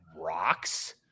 rocks